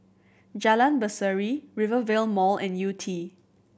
Jalan Berseri Rivervale Mall and Yew Tee